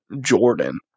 Jordan